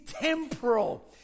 temporal